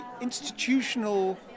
institutional